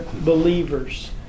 believers